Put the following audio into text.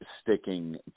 sticking